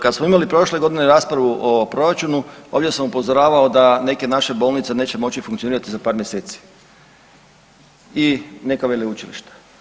Kada smo imali prošle godine raspravu o proračunu ovdje sam upozoravao da neke naše bolnice neće moći funkcionirati za par mjeseci i neka veleučilišta.